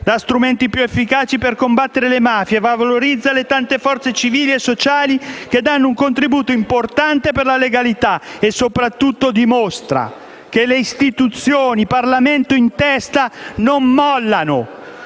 dà strumenti più efficaci per combattere le mafie, valorizza le tante forze civili e sociali che danno un contributo importante per la legalità. E soprattutto dimostra che le istituzioni - il Parlamento in testa - non mollano: